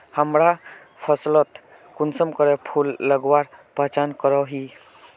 हमरा फसलोत कुंसम करे फूल लगवार पहचान करो ही?